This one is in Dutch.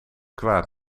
kwaad